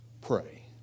pray